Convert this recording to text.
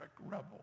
rebel